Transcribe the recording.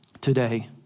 today